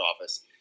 office